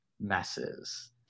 messes